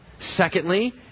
Secondly